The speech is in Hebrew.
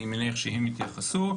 אני מניח שהם יתייחסו.